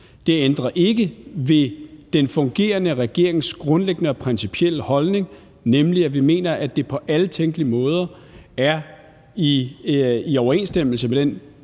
Det ændrer ikke ved den fungerende regerings grundlæggende og principielle holdning, nemlig at vi mener, at det på alle tænkelige måder er i overensstemmelse med den